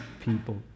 people